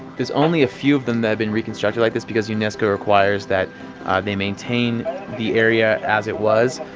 there's only a few of them that have been reconstructed like this because unesco requires that they maintain the area as it was.